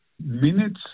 minutes